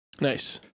Nice